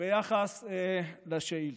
ביחס לשאילתה,